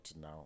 now